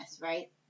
right